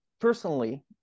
personally